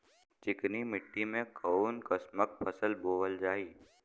चिकनी मिट्टी में कऊन कसमक फसल बोवल जाई?